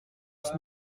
pas